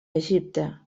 egipte